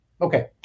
Okay